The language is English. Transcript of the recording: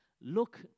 Look